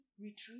retreat